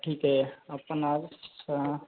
ठीके आपण आहोत